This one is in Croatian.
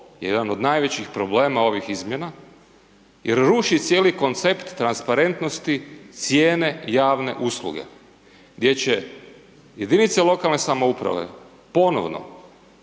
jedan od najvećih problema ovih izmjena jer ruši cijeli koncept transparentnosti cijene javne usluge gdje će jedinice lokalne samouprave ponovno